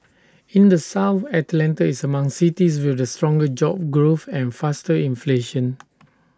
in the south Atlanta is among cities with the stronger job growth and faster inflation